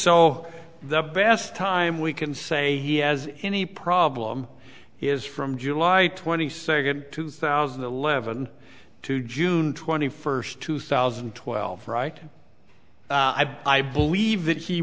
so the best time we can say he has any problem is from july twenty second two thousand and eleven to june twenty first two thousand and twelve right i believe that he